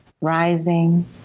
rising